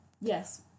Yes